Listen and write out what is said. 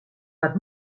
wat